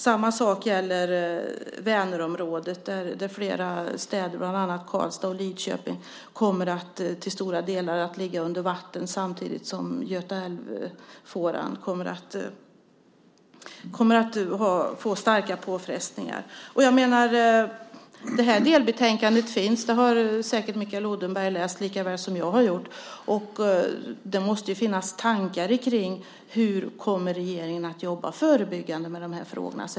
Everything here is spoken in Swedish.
På samma sätt är det med Vänerområdet där flera städer, bland annat Karlstad och Lidköping, till stora delar kommer att ligga under vatten samtidigt som Götaälvfåran kommer att utsättas för stora påfrestningar. Det finns alltså ett delbetänkande - det har Mikael Odenberg säkert läst likaväl som jag. Det måste väl finnas tankar kring hur regeringen förebyggande kommer att jobba med de här frågorna.